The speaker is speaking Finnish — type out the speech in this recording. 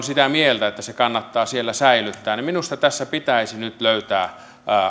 sitä mieltä että se kannattaa siellä säilyttää niin minusta tässä pitäisi nyt löytää